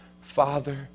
Father